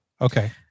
Okay